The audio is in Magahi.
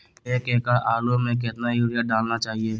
एक एकड़ आलु में कितना युरिया डालना चाहिए?